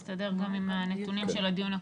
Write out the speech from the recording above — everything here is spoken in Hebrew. זה מסתדר גם עם הנתונים של הדיון הקודם.